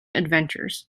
adventures